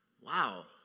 Wow